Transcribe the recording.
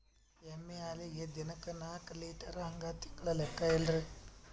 ಎಮ್ಮಿ ಹಾಲಿಗಿ ದಿನಕ್ಕ ನಾಕ ಲೀಟರ್ ಹಂಗ ತಿಂಗಳ ಲೆಕ್ಕ ಹೇಳ್ರಿ?